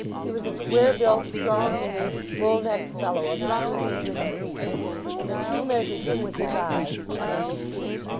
he was a square-built, strong-made, bull-necked fellow, of the true english breed and as hugh measured him with his eye, he measured hugh,